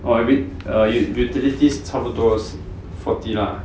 oh ever~ utilities 差不多 forty lah